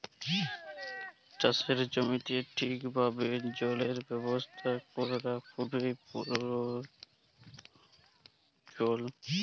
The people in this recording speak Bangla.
চাষের জমিতে ঠিকভাবে জলের ব্যবস্থা ক্যরা খুবই পরয়োজল